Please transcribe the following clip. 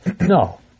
No